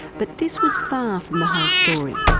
but this was far from the whole story.